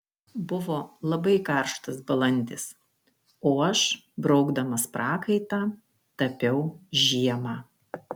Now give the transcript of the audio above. buvo labai karštas balandis o aš braukdamas prakaitą tapiau žiemą